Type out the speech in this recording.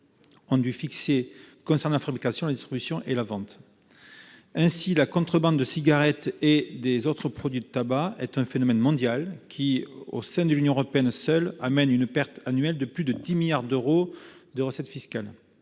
ont fixées concernant la fabrication, la distribution et la vente. Ainsi, la contrebande de cigarettes et des autres produits du tabac est un phénomène mondial qui, au sein de l'Union européenne seule, entraîne une perte annuelle de plus de 10 milliards d'euros de recettes fiscales.